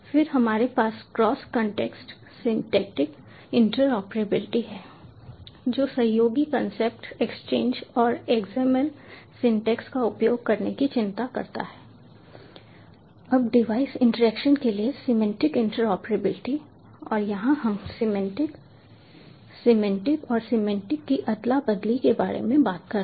फिर हमारे पास क्रॉस कॉन्टेक्स्ट सिंटैक्टिक इंटरऑपरेबिलिटी है जो सहयोगी कंसेप्ट एक्सचेंज और XML सिंटैक्स का उपयोग करने की चिंता करता है अब डिवाइस इंटरैक्शन के लिए सिमेंटिक इंटरऑपरेबिलिटी और यहाँ हम सिमेंटिक सिमेंटिक और सिमेंटिक की अदला बदली के बारे में बात कर रहे हैं